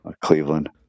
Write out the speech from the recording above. Cleveland